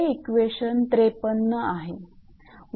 हे इक्वेशन 53 आहे